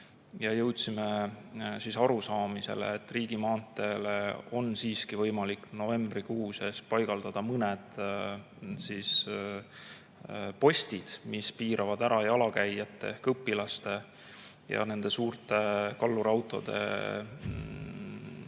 jõudsime arusaamisele, et riigimaanteele on siiski võimalik novembrikuus paigaldada mõned postid, mis piiravad ära jalakäijate ehk õpilaste ja suurte kallurautode ala